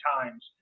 times